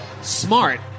smart